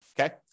Okay